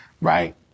right